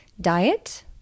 diet